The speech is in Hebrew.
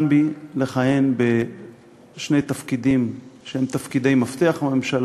בי לכהן בשני תפקידים שהם תפקידי מפתח בממשלה,